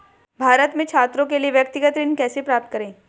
भारत में छात्रों के लिए व्यक्तिगत ऋण कैसे प्राप्त करें?